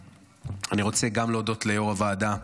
אני רוצה גם להודות ליו"ר הוועדה,